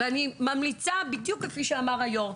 אני ממליצה, בדיוק כפי שאמר היו"ר: